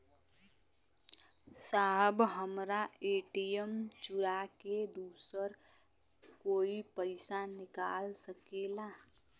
साहब हमार ए.टी.एम चूरा के दूसर कोई पैसा निकाल सकेला?